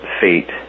Fate